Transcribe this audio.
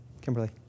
Kimberly